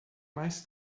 mais